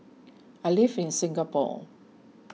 I live in Singapore